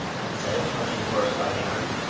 he said, clutching horace by the arm,